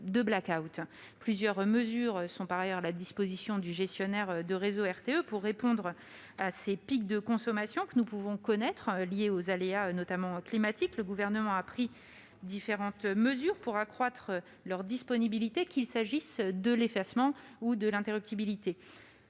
Plusieurs mesures sont par ailleurs à la disposition du gestionnaire de réseau RTE pour répondre aux pics de consommation que nous pouvons connaître du fait des aléas, notamment climatiques. Le Gouvernement a pris différentes mesures pour accroître leur disponibilité, qu'il s'agisse de l'effacement ou de l'interruptibilité.